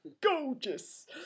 Gorgeous